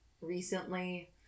recently